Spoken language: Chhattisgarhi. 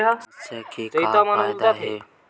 समस्या के का फ़ायदा हे?